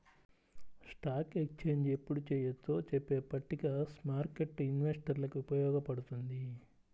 stock exchange ఎప్పుడు చెయ్యొచ్చో చెప్పే పట్టిక స్మార్కెట్టు ఇన్వెస్టర్లకి ఉపయోగపడుతుంది